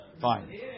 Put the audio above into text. Fine